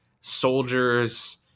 soldiers